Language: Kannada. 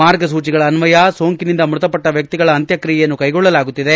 ಮಾರ್ಗಸೂಚಿಗಳ ಅನ್ವಯ ಸೋಂಕಿನಿಂದ ಮೃತಪಟ್ಟ ವ್ವಕ್ತಿಗಳ ಅಂತ್ಯಕ್ತಿಯೆಯನ್ನು ಕೈಗೊಳ್ಳಲಾಗುತ್ತಿದೆ